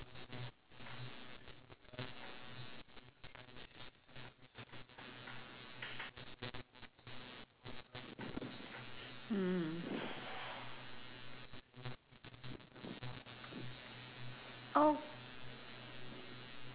mm oh